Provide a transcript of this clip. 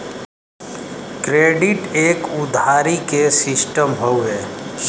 credit एक उधारी के सिस्टम हउवे